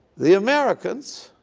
the americans